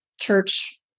church